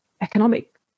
economic